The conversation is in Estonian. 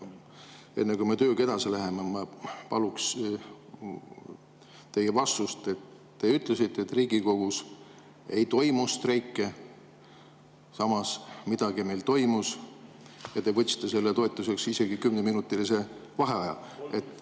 Enne, kui me tööga edasi läheme, ma palun teilt vastust. Te ütlesite, et Riigikogus ei toimu streike. Samas, midagi meil toimus. Te võtsite selle toetuseks isegi kümneminutilise vaheaja.